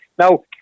Now